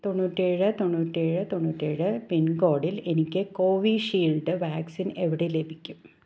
തൊണ്ണൂറ്റേഴ് തൊണ്ണൂറ്റേഴ് തൊണ്ണൂറ്റേഴ് പിൻകോഡിൽ എനിക്ക് കോവിഷീൽഡ് വാക്സിൻ എവിടെ ലഭിക്കും